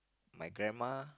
my grandma